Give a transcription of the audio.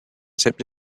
sipped